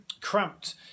cramped